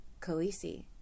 Khaleesi